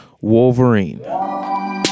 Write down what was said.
Wolverine